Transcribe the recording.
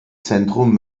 zentrum